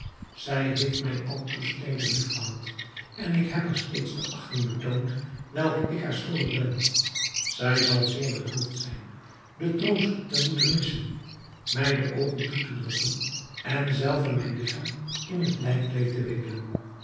zij heeft mij altoos teeder liefgehad en ik heb haar steeds de achting betoond welke ik haar schuldig ben zij zal zeer bedroefd zijn den troost te moeten missen mij de oogen toe te drukken en zelve mijn ligchaam in het lijkkleed te wikkelen